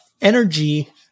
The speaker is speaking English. energy